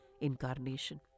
incarnation